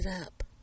up